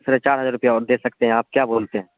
ساڑھے چار ہزار روپیہ اور دے سکتے آپ کیا بولتے ہیں